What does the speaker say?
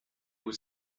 was